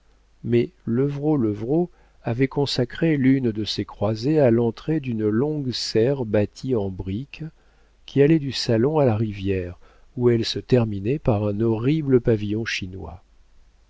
mais levrault levrault avait consacré l'une de ces croisées à l'entrée d'une longue serre bâtie en briques qui allait du salon à la rivière où elle se terminait par un horrible pavillon